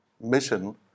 mission